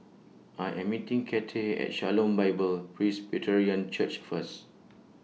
I Am meeting Cathey At Shalom Bible Presbyterian Church First